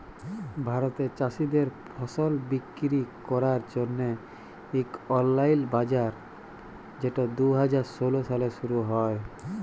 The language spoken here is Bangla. ভারতে চাষীদের ফসল বিক্কিরি ক্যরার জ্যনহে ইক অললাইল বাজার যেট দু হাজার ষোল সালে শুরু হ্যয়